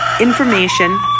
information